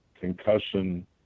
concussion